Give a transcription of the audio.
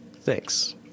thanks